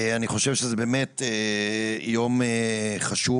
אני חושב שזה באמת יום חשוב.